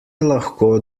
lahko